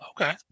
okay